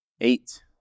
eight